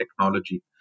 technology